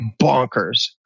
bonkers